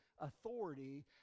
authority